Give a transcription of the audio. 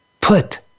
put